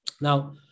Now